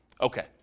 okay